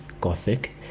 Gothic